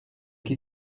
qui